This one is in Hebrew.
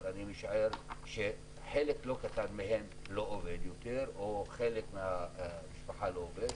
אבל אני משער שחלק לא קטן מהם לא עובד יותר או חלק מהמשפחה לא עובד.